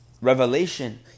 Revelation